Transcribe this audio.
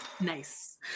nice